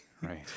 right